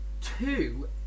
two